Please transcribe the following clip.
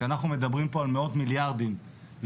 אנחנו מדברים פה על מאות מיליארדים לכל